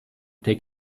take